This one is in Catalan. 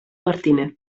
martínez